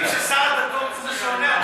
אני אומר לך.